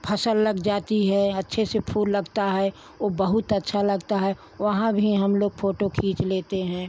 फसल लग जाती है अच्छे से फूल लगता है ओ बहुत अच्छा लगता है वहाँ भी हम लोग फ़ोटो खींच लेते हैं